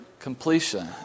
Completion